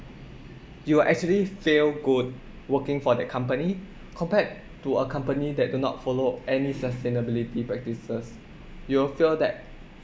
you will actually feel good working for that company compared to a company that do not follow any sustainability practices you'll feel that